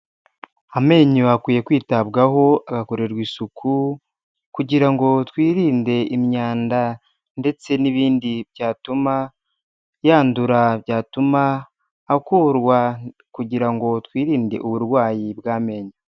Amenyo akwiye kwitabwaho, agakorerwa isuku kugira ngo twirinde imyanda ndetse n'ibindi byatuma yandura, byatuma akurwa kugira ngo twirinde uburwayi bw'amenyo.